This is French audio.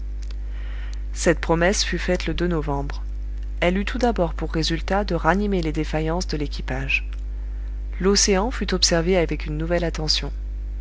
cette promesse fut faite le novembre elle eut tout d'abord pour résultat de ranimer les défaillances de l'équipage l'océan fut observé avec une nouvelle attention